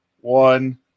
one